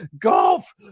Golf